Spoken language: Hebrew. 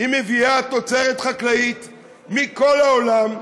היא מביאה תוצרת חקלאית מכל העולם,